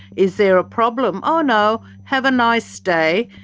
is there a problem? oh no, have a nice day',